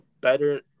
better